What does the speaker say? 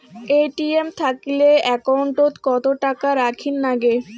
ATM থাকিলে account ওত কত টাকা রাখীর নাগে?